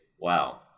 Wow